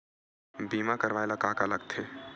बीमा करवाय ला का का लगथे?